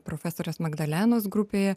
profesorės magdalenos grupėje